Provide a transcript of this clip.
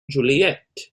juliet